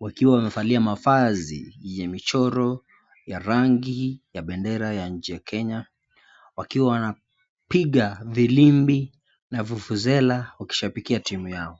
wakiwa wamevalia mavazi ya michoro ya rangi ya bendera ya nchi ya kenya wakiwa wanapiga firimbi na vuvuzela wakishabikia timu yao.